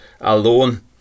alone